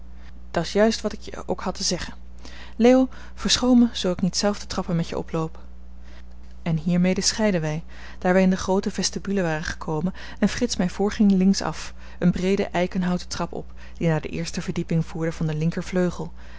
dat's juist wat ik je ook had te zeggen leo verschoon me zoo ik niet zelf de trappen met je oploop en hiermede scheidden wij daar wij in de groote vestibule waren gekomen en frits mij voorging links af een breede eikenhouten trap op die naar de eerste verdieping voerde van den